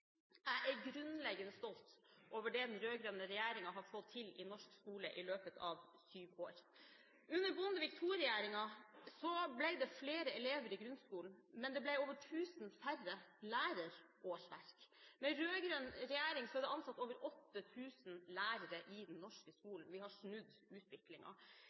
Jeg er grunnleggende stolt over det den rød-grønne regjeringen har fått til i norsk skole i løpet av sju år. Under Bondevik II-regjeringen ble det flere elever i grunnskolen, men det ble over 1 000 færre lærerårsverk. Med rød-grønn regjering er det ansatt over 8 000 lærere i den norske skolen. Vi har snudd